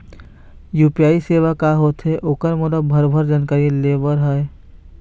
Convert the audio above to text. UPI सेवा का होथे ओकर मोला भरभर जानकारी लेहे बर हे?